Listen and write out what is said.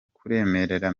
kuremera